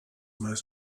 more